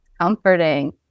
comforting